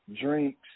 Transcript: Drinks